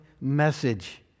message